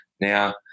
Now